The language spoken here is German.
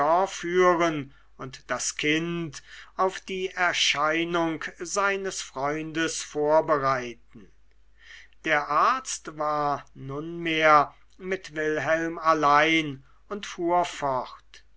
und das kind auf die erscheinung seines freundes vorbereiten der arzt war nunmehr mit wilhelm allein und